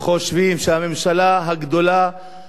אדוני כבוד השר פלד,